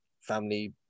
family